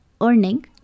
Earning